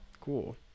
Cool